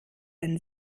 ein